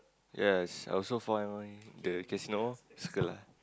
yes I also find the casino circle lah